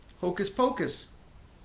hocus-pocus